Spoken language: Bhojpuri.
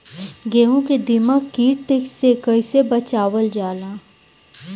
गेहूँ को दिमक किट से कइसे बचावल जाला?